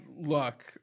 look